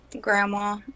Grandma